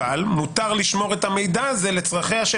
אבל מותר לשמור את המידע הזה לצרכיה של